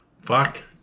Fuck